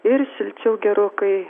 ir šilčiau gerokai